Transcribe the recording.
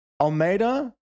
Almeida